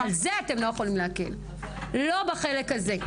בזה אתם לא יכולים להקל, לא בחלק הזה.